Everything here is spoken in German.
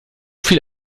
viel